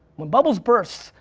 when bubbles burst,